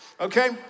Okay